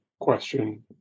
question